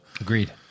agreed